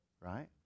right